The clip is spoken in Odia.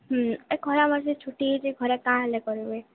ଖରା ମାସେ ଛୁଟି ହେଇଛେ ଘରେ କାଏଁ ହେଲେ କରବେ